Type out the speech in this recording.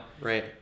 right